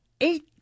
Eight